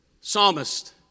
psalmist